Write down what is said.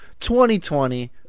2020